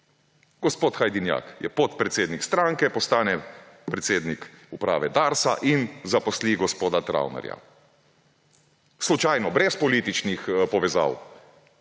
Gospod Hajdinjak je podpredsednik stranke, postane predsednik uprave Darsa in zaposli gospoda Travnerja. Slučajno! Brez političnih povezav,